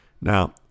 Now